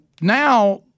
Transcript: now